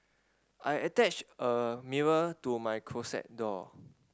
I attached a mirror to my closet door